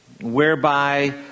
whereby